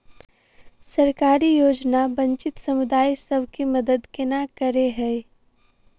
सरकारी योजना वंचित समुदाय सब केँ मदद केना करे है?